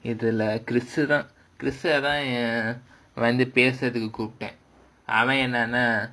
இதுலா:idhulaa kirish தான் பேசுறதுக்கு கூப்பிட்டேன் அவன் என்னனா:thaan pesurathukku koopttaen avan ennanaa